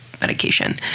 medication